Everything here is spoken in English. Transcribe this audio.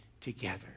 together